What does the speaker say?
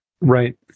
right